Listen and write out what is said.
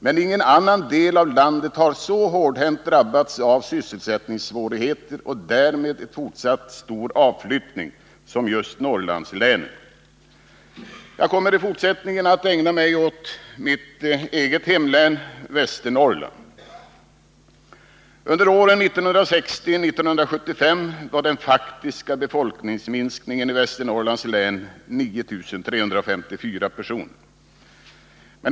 Men ingen annan del av landet har så hårdhänt drabbats av sysselsättningssvårigheter och därmed en fortsatt stor avflyttning som just Norrlandslänen. Jag kommer i fortsättningen att ägna mig åt mitt eget hemlän Västernorrland. Under åren 1960-1975 var den faktiska befolkningsminskningen i Västernorrlands län 9354 personer.